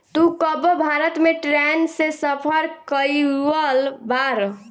तू कबो भारत में ट्रैन से सफर कयिउल बाड़